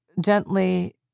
gently